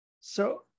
So-